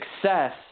success